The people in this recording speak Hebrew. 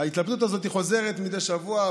ההתלבטות הזאת חוזרת מדי שבוע,